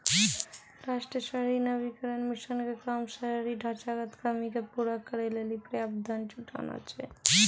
राष्ट्रीय शहरी नवीकरण मिशन के काम शहरी ढांचागत कमी के पूरा करै लेली पर्याप्त धन जुटानाय छै